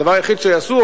הדבר היחיד שיעשו,